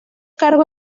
cargo